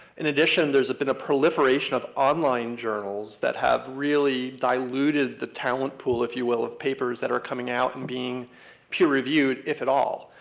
in addition, there's been a proliferation of online journals that have really diluted the talent pool, if you will, of papers that are coming out and being peer-reviewed, if at all.